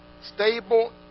stable